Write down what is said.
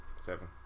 Seven